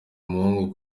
umuhungu